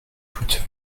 toute